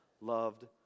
loved